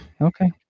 Okay